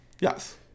yes